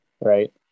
right